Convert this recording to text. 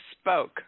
spoke